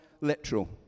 literal